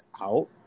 out